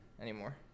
anymore